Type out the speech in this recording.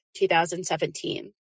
2017